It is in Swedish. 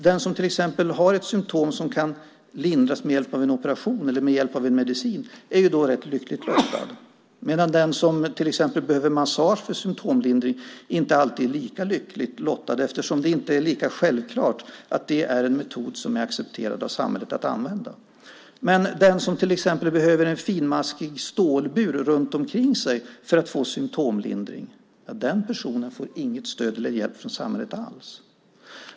Den som till exempel har ett symtom som kan lindras med hjälp av en operation eller medicin är då lyckligt lottad. Den som till exempel behöver massage för symtomlindring är däremot inte alltid lika lyckligt lottad eftersom det inte är lika självklart att det är en metod som det är accepterat av samhället att använda. Den som till exempel behöver en finmaskig stålbur runt omkring sig för att få symtomlindring får inte alls stöd eller hjälp från samhället.